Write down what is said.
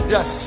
Yes